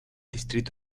distrito